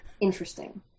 interesting